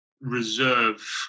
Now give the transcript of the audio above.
reserve